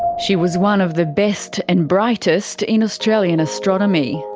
she was one of the best and brightest in australian astronomy.